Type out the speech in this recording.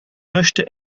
möchte